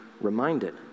reminded